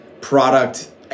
product